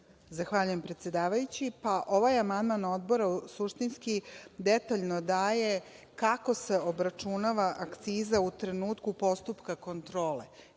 Zahvaljujem. Ovaj amandman Odbora suštinski detaljno daje kako se obračunava akciza u trenutku postupka kontrole,